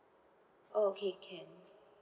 oh okay can